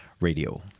radio